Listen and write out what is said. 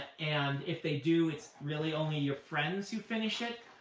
and if they do, it's really only your friends who finish it.